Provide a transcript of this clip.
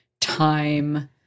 time